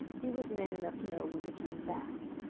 he was man enough to know when to turn back.